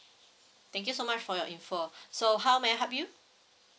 thank you so much for your info so how may I help you